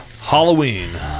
Halloween